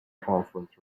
conference